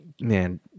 man